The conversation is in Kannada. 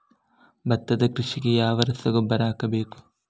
ಭತ್ತದ ಕೃಷಿಗೆ ಯಾವ ರಸಗೊಬ್ಬರ ಹಾಕಬೇಕು?